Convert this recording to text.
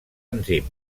enzim